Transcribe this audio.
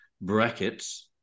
brackets